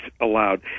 allowed